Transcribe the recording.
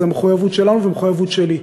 זו מחויבות שלנו ומחויבות שלי.